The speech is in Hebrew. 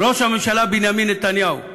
ראש הממשלה בנימין נתניהו,